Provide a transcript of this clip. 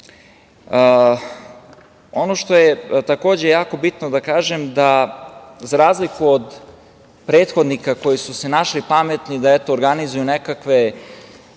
što je takođe jako bitno da kažem, da za razliku od prethodnika koji su se našli pametni da organizuju nekakve